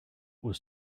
was